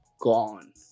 gone